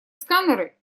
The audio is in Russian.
сканеры